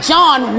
John